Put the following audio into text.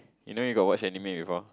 you know you got watch anime before